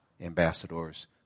ambassadors